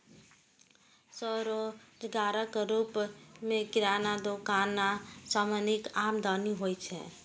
स्वरोजगारक रूप मे किराना दोकान सं नीक आमदनी होइ छै